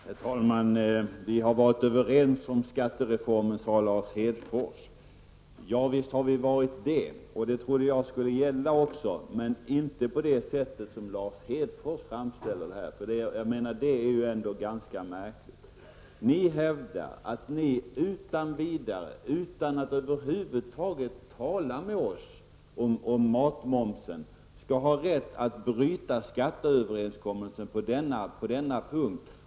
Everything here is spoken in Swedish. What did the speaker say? Herr talman! Vi har varit överens om skattereformen, sade Lars Hedfors. Javisst har vi varit det, och det trodde jag också skulle gälla, men inte på det sätt som Lars Hedfors framställer det. Det är ändå ganska märkligt att ni hävdar att ni utan vidare, utan att över huvud taget tala med oss om matmomsen, skall ha rätt att bryta skatteöverenskommelsen på den punkten.